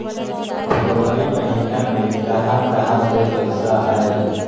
फरवरी महिना मे कहा कहा से पैसा आएल?